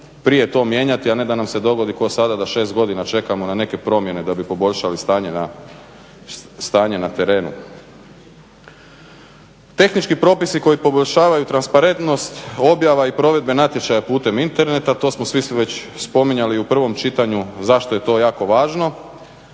prije to mijenjati, a ne da nam se dogodi kao sada da šest godina čekamo na neke promjene da bi poboljšali stanje na terenu. Tehnički propisi koji poboljšavaju transparentnost objava i provedbe natječaja putem interneta to smo svi već spominjali i u prvom čitanju zašto je to jako važno.